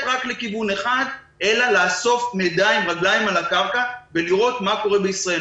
רק לכיוון אחד אלא לאסוף מידע עם רגליים על הקרקע ולראות מה קורה בישראל.